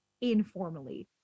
informally